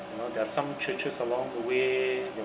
you know there are some churches along the way you